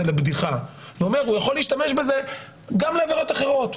לבדיחה ואומר: הוא יכול להשתמש בזה גם לעבירות אחרות.